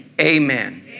Amen